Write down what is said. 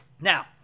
Now